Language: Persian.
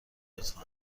لطفا